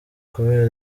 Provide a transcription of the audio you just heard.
kubera